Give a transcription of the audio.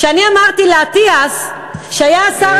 כשאני אמרתי לאטיאס שהיה שר השיכון,